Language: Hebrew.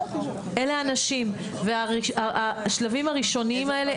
אלה האנשים והשלבים הראשונים האלה,